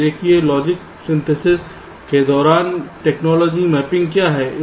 देखिए logic synthesis के दौरान टेक्नोलॉजी मैपिंग क्या है